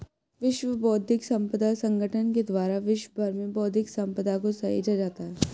विश्व बौद्धिक संपदा संगठन के द्वारा विश्व भर में बौद्धिक सम्पदा को सहेजा जाता है